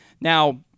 Now